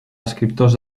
escriptors